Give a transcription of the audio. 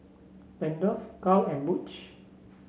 Randolf Cal and Butch